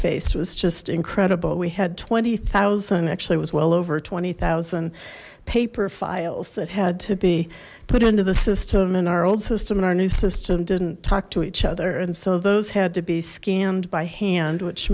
face was just incredible we had twenty thousand actually was well over twenty zero paper files that had to be put into the system in our old system in our new system didn't talk to each other and so those had to be scanned by hand which